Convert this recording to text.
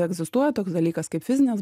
egzistuoja toks dalykas kaip fizines